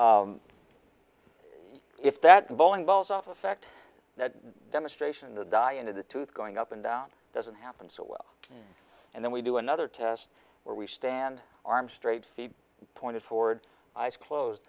if that the bowling balls off effect that demonstration the dye into the tooth going up and down doesn't happen so well and then we do another test where we stand arm straight feet pointed towards eyes closed